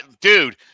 dude